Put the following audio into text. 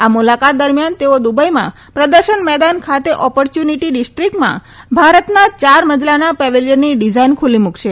આ મુલાકાત દરમિયાન તેઓ દુબઈમાં પ્રદર્શન મેદાન ખાતે ઓપોચ્યુનીટી ડિસ્ટ્રીકટમાં ભારતના ચાર મજલાના પેવેલીયનની ડિઝાઈન ખુલ્લી મુકશે